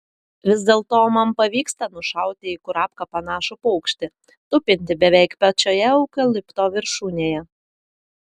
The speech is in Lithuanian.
vis dėlto man pavyksta nušauti į kurapką panašų paukštį tupintį beveik pačioje eukalipto viršūnėje